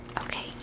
Okay